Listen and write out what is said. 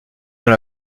dans